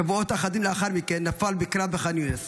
שבועות אחדים לאחר מכן נפל בקרב בחאן יונס